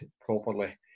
properly